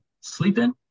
sleeping